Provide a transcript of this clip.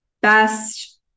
best